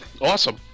Awesome